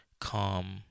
calm